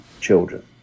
children